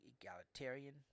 egalitarian